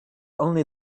only